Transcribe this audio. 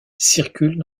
circulent